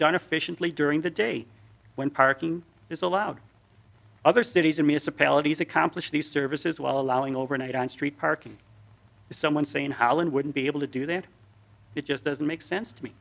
done efficiently during the day when parking is allowed other cities and municipalities accomplish these services while allowing overnight on street parking someone saying how one wouldn't be able to do that it just doesn't make sense to me